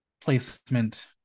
placement